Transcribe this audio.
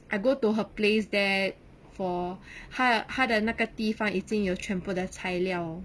I go to her place there for 她的她的那个地方已经有全部的材料